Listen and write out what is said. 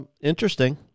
interesting